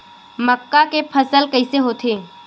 मक्का के फसल कइसे होथे?